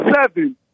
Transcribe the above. seven